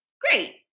great